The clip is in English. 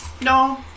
no